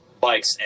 bikes